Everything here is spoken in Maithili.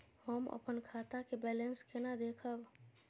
हम अपन खाता के बैलेंस केना देखब?